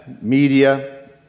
media